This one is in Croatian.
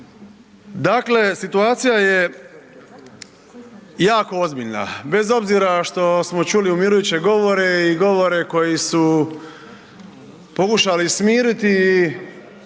dakle situacija je jako ozbiljna bez obzira što smo čuli umirujuće govore i govore koji su pokušali smiriti